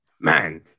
man